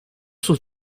sus